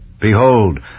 Behold